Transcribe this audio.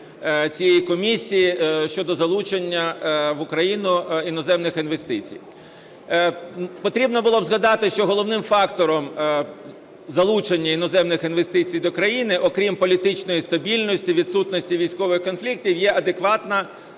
цієї комісії щодо залучення в Україну іноземних інвестицій. Потрібно було б згадати, що головним фактором залучення іноземних інвестицій до країни, окрім політичної стабільності, відсутності військових конфліктів, є адекватна